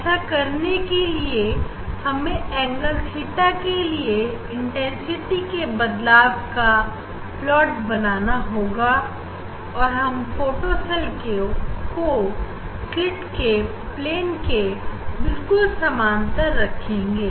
ऐसा करने के लिए हमें एंगल थीटा के लिए इंटेंसिटी के बदलाव का प्लाट बनाना होगा और हम फोटो सेल को स्लीट के प्लेन के बिल्कुल समांतर रखेंगे